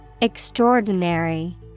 extraordinary